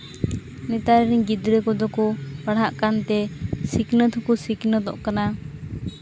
ᱱᱮᱛᱟᱨ ᱨᱮᱱ ᱜᱤᱫᱽᱨᱟᱹ ᱠᱚᱫᱚ ᱠᱚ ᱯᱟᱲᱦᱟᱜ ᱠᱟᱱ ᱛᱮ ᱥᱤᱠᱷᱱᱟᱹᱛ ᱦᱚᱸ ᱠᱚ ᱥᱤᱠᱷᱱᱟᱹᱛᱚᱜ ᱠᱟᱱᱟ